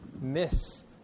miss